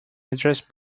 address